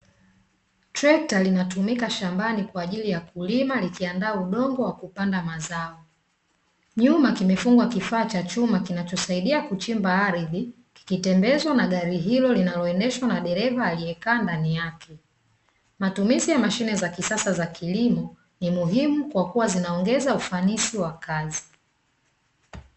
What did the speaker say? Trekta linatumika shambani kwa ajili ya kulima likiandaa udongo wa kupanda mazao, nyuma kimefungwa kifaa cha chuma kinachosaidia kuchimba ardhi kikitembezwa na gari hilo linaloendeshwa na dereva aliyekaa ndani yake. Matumizi ya mashine za kisasa za kilimo ni muhimu kwa kuwa zinaongeza ufanisi wa kazi.